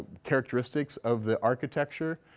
characteristics of the architecture.